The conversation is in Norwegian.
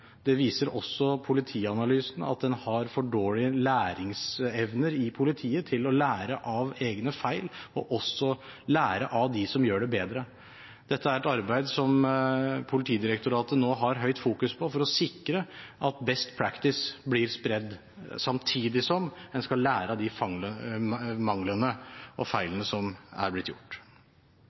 Også politianalysen viser at en har for dårlige evner i politiet til å lære av egne feil og også lære av dem som gjør det bedre. Dette er et arbeid som Politidirektoratet nå har høyt fokus på, for å sikre at «best practice» blir spredt, samtidig som en skal lære av de manglene som er, og de feilene som er blitt gjort.